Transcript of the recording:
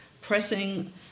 pressing